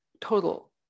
total